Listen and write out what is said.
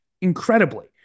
incredibly